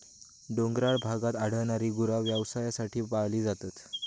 डोंगराळ भागात आढळणारी गुरा व्यवसायासाठी पाळली जातात